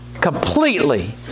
completely